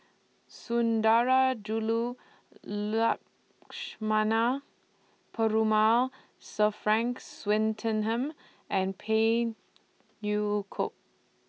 Sundarajulu Lakshmana Perumal Sir Frank Swettenham and Phey Yew Kok